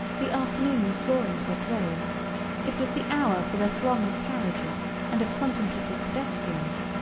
the afternoon was drawing to a close it was the hour for the throng of carriages and of contemplative pedestrians.